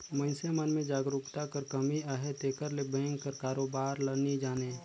मइनसे मन में जागरूकता कर कमी अहे तेकर ले बेंक कर कारोबार ल नी जानें